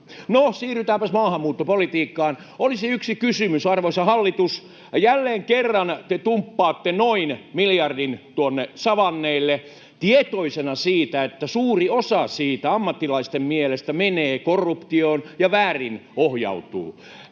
siirrytäänpäs maahanmuuttopolitiikkaan. Olisi yksi kysymys, arvoisa hallitus: Jälleen kerran te dumppaatte noin miljardin tuonne savanneille tietoisina siitä, että suuri osa siitä ammattilaisten mielestä menee korruptioon ja väärinohjautuu.